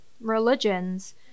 Religions